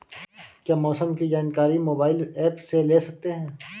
क्या मौसम की जानकारी मोबाइल ऐप से ले सकते हैं?